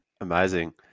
amazing